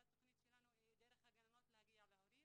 אלה התכניות שלנו דרך הגננות להגיע להורים